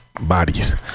bodies